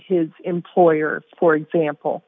his employer for example